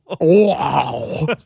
Wow